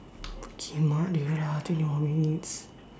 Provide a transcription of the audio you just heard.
pukimak I think lima minutes